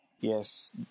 Yes